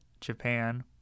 Japan